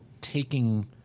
taking